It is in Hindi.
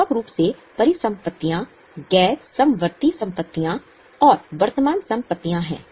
व्यापक रूप से परिसंपत्तियां गैर समवर्ती परिसंपत्तियां और वर्तमान संपत्तियां हैं